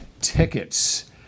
tickets